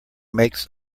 makes